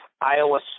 Iowa